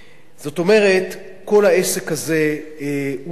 זאת אומרת, כל העסק הזה הוא לקוי.